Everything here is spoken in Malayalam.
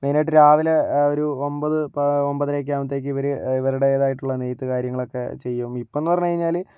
മെയ്നായിട്ട് രാവിലേ ഒരു ഒൻപത് ഒൻപതരയൊക്കെയാകുമ്പോഴത്തേക്ക് ഇവരുടേതായിട്ടുള്ള നെയ്ത്ത് കാര്യങ്ങളൊക്കെ ചെയ്യും ഇപ്പോഴെന്ന് പറഞ്ഞ് കഴിഞ്ഞാല്